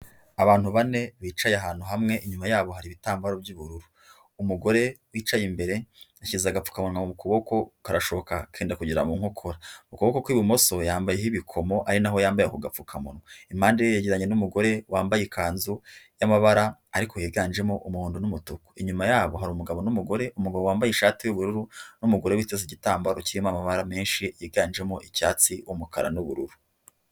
Abantu bane bicaye ahantu hamwe inyuma yabo hari ibitambaro by'ubururu, umugore wicaye imbere yashyize agapfukamunwa mu kuboko karashoka kenda kugera mu nkokora, ukuboko kw'ibumoso yambayeho ibikomo ari naho yambaye ako gapfukamunwa, impande ye yegeranye n'umugore wambaye ikanzu y'amabara ariko yiganjemo umuhondo n'umutuku, inyuma yabo hari umugabo n'umugore, umugabo wambaye ishati y'ubururu n'umugore witeze igitambaro kirimo amabara menshi yiganjemo icyatsi, umukara n'ubururu.